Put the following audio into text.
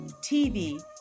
TV